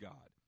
God